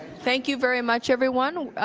thank you very much, everyone.